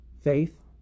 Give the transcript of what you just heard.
Faith